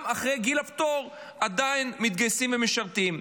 אחרי גיל הפטור עדיין מתגייסים ומשרתים.